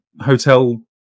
hotel